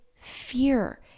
fear